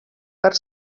per